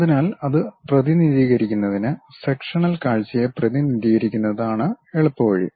അതിനാൽ അത് പ്രതിനിധീകരിക്കുന്നതിന് സെക്ഷനൽ കാഴ്ചയെ പ്രതിനിധീകരിക്കുന്നതാണ് എളുപ്പവഴി